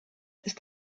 ist